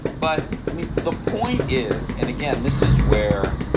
but i mean, the point is and again, this is where,